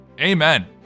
Amen